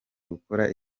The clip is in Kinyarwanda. gukora